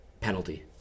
penalty